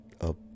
up